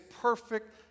perfect